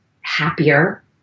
happier